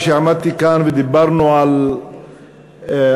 כשעמדתי כאן ודיברנו על הממשלה,